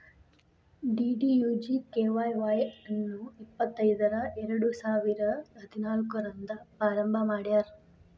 DDUGKY Y ಅನ್ನು ಇಪ್ಪತೈದರ ಎರಡುಸಾವಿರ ಹದಿನಾಲ್ಕು ರಂದ್ ಪ್ರಾರಂಭ ಮಾಡ್ಯಾರ್